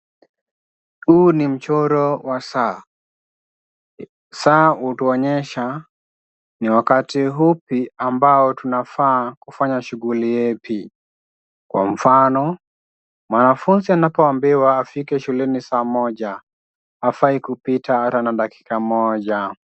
Huu ni mchoro wa saa. Saa hutuonyesha ni wakati upi ambao tunafaa kufanya shughuli yepi. Kwa mfano, mwanafunzi anapoambiwa afike shuleni saa moja hafai kupita hata na dakika moja.